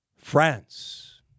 France